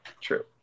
True